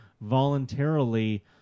voluntarily